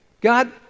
God